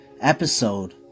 episode